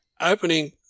opening